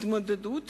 להתמודדות